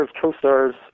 co-stars